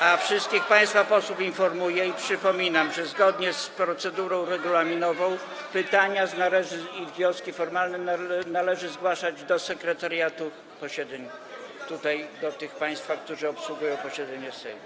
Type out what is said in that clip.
A wszystkich państwa posłów informuję i przypominam, że zgodnie z procedurą regulaminową pytania i wnioski formalne należy zgłaszać do sekretariatu posiedzeń, tutaj, do tych państwa, którzy obsługują posiedzenie Sejmu.